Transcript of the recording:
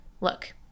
Look